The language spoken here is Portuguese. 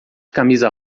camisa